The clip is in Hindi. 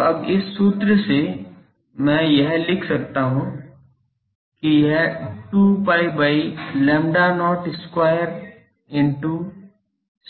तो अब इस सूत्र से मैं यह लिख सकता हूँ कि यह 2 pi by lambda not square into